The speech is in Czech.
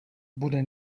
bude